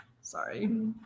Sorry